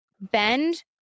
bend